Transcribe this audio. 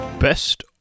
Best